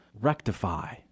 rectify